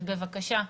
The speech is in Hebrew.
אז בבקשה.